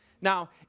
Now